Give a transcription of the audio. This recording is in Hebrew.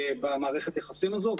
במערכת היחסים הזו.